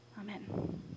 Amen